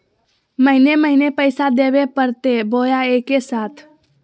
महीने महीने पैसा देवे परते बोया एके साथ?